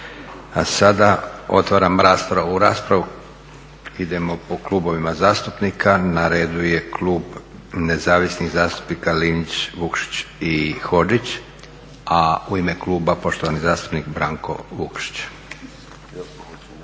sada otvaram raspravu. U raspravu idemo po klubovima zastupnika, na redu je Klub Nezavisnih zastupnika Linić, Vukšić i Hodžić, a u ime kluba, poštovani zastupnik Branko Vukšić.